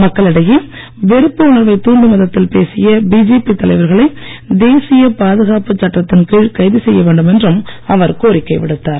மக்களிடையே வெறுப்பு உணர்வைத் தூண்டும் விதத்தில் பேசிய பிஜேபி தலைவர்களை தேசிய பாதுகாப்பு சட்டத்தின்கீழ் கைது செய்யவேண்டும் என்றும் அவர் கோரிக்கை விடுத்தார்